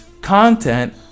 Content